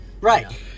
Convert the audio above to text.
Right